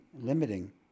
limiting